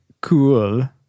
cool